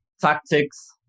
tactics